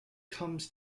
comes